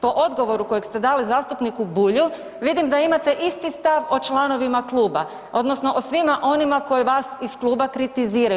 Po odgovoru kojeg ste dali zastupniku Bulju vidim da imate isti stav o članovima kluba odnosno o svima onima koji vas iz kluba kritiziraju.